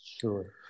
sure